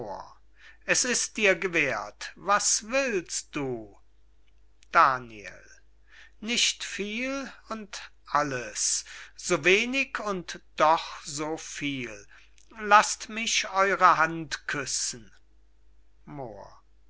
es ist dir gewährt was willst du daniel nicht viel und alles so wenig und doch so viel laßt mich eure hand küssen